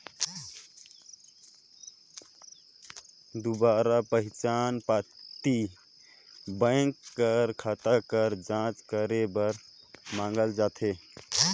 दुबारा पहिचान पाती बेंक कर खाता कर जांच करे बर मांगल जाथे